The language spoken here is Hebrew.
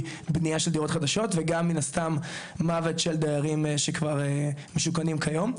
בנייה של דירות חדשות וגם מן הסתם מוות של דיירים שכבר משוכנים כיום.